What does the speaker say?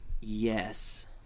Yes